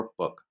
workbook